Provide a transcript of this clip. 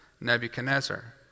Nebuchadnezzar